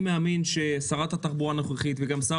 אני מאמין ששרת התחבורה הנוכחית וגם שר